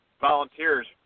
volunteers